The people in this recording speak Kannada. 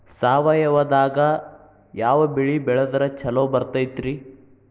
ಸಾವಯವದಾಗಾ ಯಾವ ಬೆಳಿ ಬೆಳದ್ರ ಛಲೋ ಬರ್ತೈತ್ರಿ?